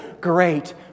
great